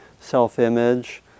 self-image